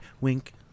Wink